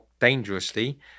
dangerously